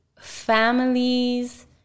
families